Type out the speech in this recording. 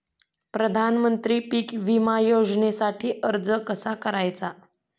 प्रधानमंत्री पीक विमा योजनेसाठी अर्ज कसा करायचा?